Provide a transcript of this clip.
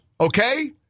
Okay